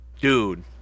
Dude